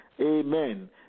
Amen